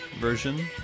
version